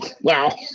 Wow